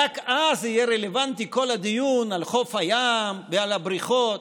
רק אז יהיה רלוונטי כל הדיון על חוף הים ועל הבריכות.